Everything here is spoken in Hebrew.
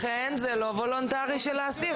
לכן זה לא וולונטרי של האסיר.